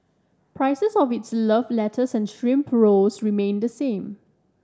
prices of its love letters and shrimp rolls remain the same